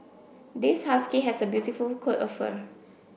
this husky has a beautiful coat of fur